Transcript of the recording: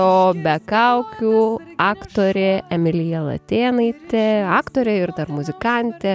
o be kaukių aktorė emilija latėnaitė aktorė ir dar muzikantė